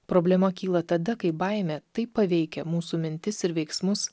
problema kyla tada kai baimė taip paveikia mūsų mintis ir veiksmus